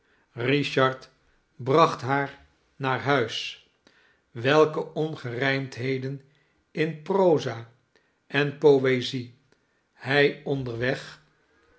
richard bracht haar naar huis welke ongerijmdheden in proza en poezij hij onderweg